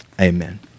amen